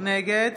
נגד